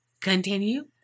Continue